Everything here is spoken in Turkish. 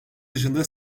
dışında